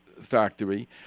factory